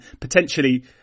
potentially